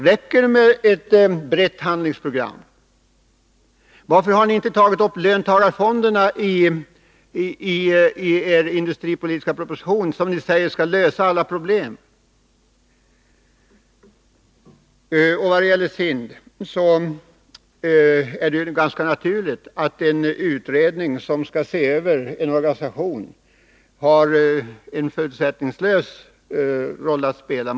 Räcker det med ett brett handlingsprogram? Varför har ni inte tagit upp löntagarfonderna i ert industripolitiska förslag, som ni säger skall lösa alla problem? Vad gäller SIND är det ganska naturligt att en utredning som skall se över en organisation har en förutsättningslös roll att spela.